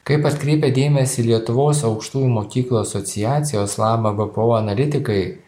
kaip atkreipia dėmesį lietuvos aukštųjų mokyklų asociacijos lama bpo analitikai